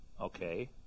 Okay